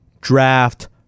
draft